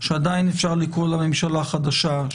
שעדיין אפשר לקרוא לה ממשלה חדשה,